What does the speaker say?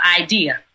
idea